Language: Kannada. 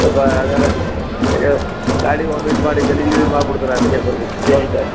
ಸ್ವಲ್ಪ ಅದೆಲ್ಲ ಯಾಕಂದ್ರೆ ಗಾಡಿ ವಾಮಿಟ್ ಮಾಡಿ ಗಲೀಜು ಗಿಲೀಜು ಮಾಡ್ಬಿಡ್ತಾರೆ ಅದಕ್ಕೆ ಸ್ವಲ್ಪ